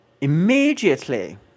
immediately